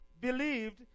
believed